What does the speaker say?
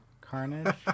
carnage